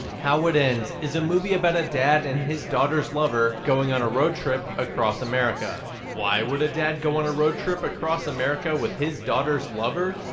how it ends is a movie about a dad and his daughter's lover going on a roadtrip across america. why would a dad go on a roadtrip across america with his daughter's lover?